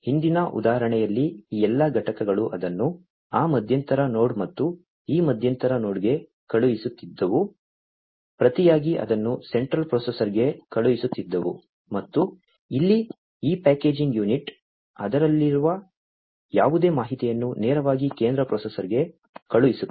ಹಿಂದಿನ ಉದಾಹರಣೆಯಲ್ಲಿ ಈ ಎಲ್ಲಾ ಘಟಕಗಳು ಅದನ್ನು ಆ ಮಧ್ಯಂತರ ನೋಡ್ ಮತ್ತು ಈ ಮಧ್ಯಂತರ ನೋಡ್ಗೆ ಕಳುಹಿಸುತ್ತಿದ್ದವು ಪ್ರತಿಯಾಗಿ ಅದನ್ನು ಸೆಂಟ್ರಲ್ ಪ್ರೊಸೆಸರ್ಗೆ ಕಳುಹಿಸುತ್ತಿದ್ದವು ಮತ್ತು ಇಲ್ಲಿ ಈ ಪ್ಯಾಕೇಜಿಂಗ್ ಯೂನಿಟ್ ಅದರಲ್ಲಿರುವ ಯಾವುದೇ ಮಾಹಿತಿಯನ್ನು ನೇರವಾಗಿ ಕೇಂದ್ರ ಪ್ರೊಸೆಸರ್ಗೆ ಕಳುಹಿಸುತ್ತದೆ